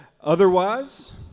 Otherwise